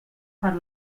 per